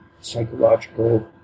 psychological